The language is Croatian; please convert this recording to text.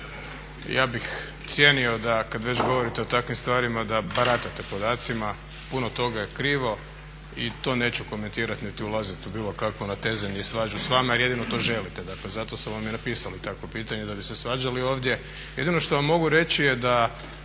Ja bih cijenio da kad već govorite o takvim stvarima da baratate podacima, puno toga je krivo i to neću komentirat niti ulazit u bilo kakvo natezanje i svađu s vama jer jedino to želite, dakle zato su vam i napisali takvo pitanje da bi se svađali ovdje. Jedino što vam mogu reći je da